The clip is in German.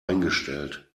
eingestellt